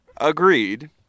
Agreed